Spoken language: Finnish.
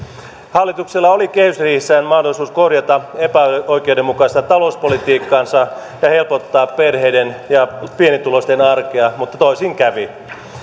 hallituksella oli kehysriihessään mahdollisuus korjata epäoikeudenmukaista talouspolitiikkaansa ja helpottaa perheiden ja pienituloisten arkea mutta toisin kävi